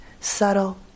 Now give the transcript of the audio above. subtle